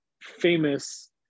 famous